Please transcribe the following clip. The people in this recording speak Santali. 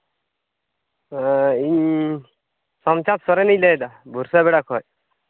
ᱦᱮᱸ ᱤᱧ ᱥᱳᱢᱪᱟᱸᱫᱽ ᱥᱚᱨᱮᱱᱤᱧ ᱞᱟᱹᱭᱫᱟ ᱵᱩᱨᱥᱟᱹ ᱵᱮᱲᱟ ᱠᱷᱚᱡ